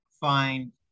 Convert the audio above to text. find